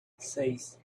seis